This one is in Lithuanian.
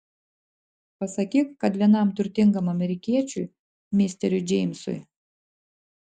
pasakyk kad vienam turtingam amerikiečiui misteriui džeimsui